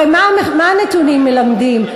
הרי מה הנתונים מלמדים?